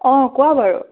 অঁ কোৱা বাৰু